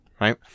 Right